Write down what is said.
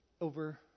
over